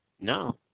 No